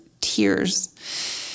tears